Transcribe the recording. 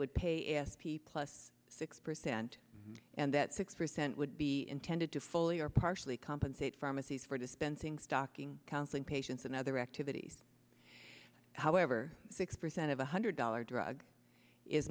would pay f p plus six percent and that six percent would be intended to fully or partially compensate pharmacies for dispensing stocking counseling patients and other activities however six percent of one hundred dollars drug is